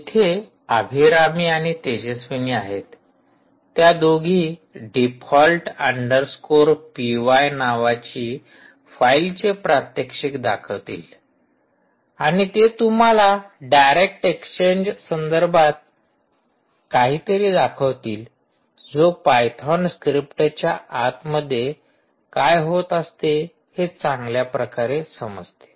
इथे अभिरामी आणि तेजस्विनी आहेत त्या दोघी डिफॉल्ट अंडरस्कोर पी वाय नावाची फाईलचे प्रात्यक्षिक दाखवतील आणि ते तुम्हाला डायरेक्ट एक्सचेंज संदर्भात काहीतरी दाखवतील जो पायथोन स्क्रिप्टच्या आत मध्ये काय होत असते हे चांगल्या प्रकारे समजते